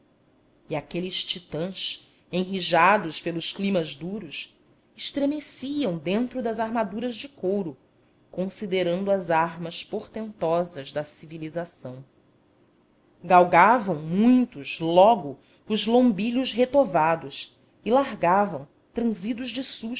e aqueles titãs enrijados pelos climas duros estremeciam dentro das armaduras de couro considerando as armas portentosas da civilização galgavam muitos logo os lombilhos retovados e largavam transidos de susto